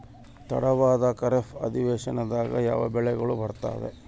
ತಡವಾದ ಖಾರೇಫ್ ಅಧಿವೇಶನದಾಗ ಯಾವ ಬೆಳೆಗಳು ಬರ್ತಾವೆ?